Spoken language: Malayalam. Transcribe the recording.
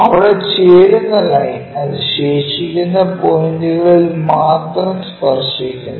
അവിടെ ചേരുന്ന ലൈൻ അത് ശേഷിക്കുന്ന പോയിന്റുകളിൽ മാത്രം സ്പർശിക്കുന്നു